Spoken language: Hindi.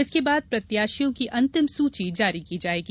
इसके बाद प्रत्याशियों की अंतिम सूची जारी की जायेगी